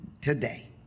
today